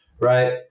right